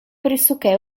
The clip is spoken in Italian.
pressoché